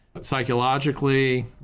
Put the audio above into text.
psychologically